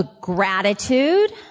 gratitude